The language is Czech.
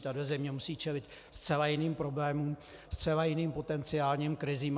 Tahle země musí čelit zcela jiným problémům, zcela jiným potenciálním krizím.